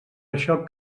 això